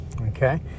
Okay